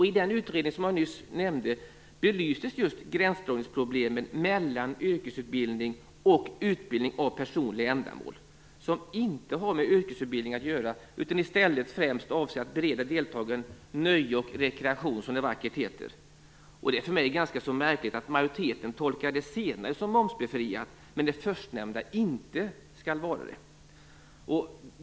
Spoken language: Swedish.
I den utredning jag nyss nämnde belystes just problemet med gränsdragning mellan yrkesutbildning och utbildning av personliga ändamål som inte har med yrkesutbildning att göra utan i stället främst avser att bereda deltagaren nöje och rekreation, som det vackert heter. Det är för mig ganska märkligt att majoriteten tolkar det senare som momsbefriat, medan det förstnämnda inte skall vara det.